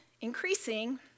increasing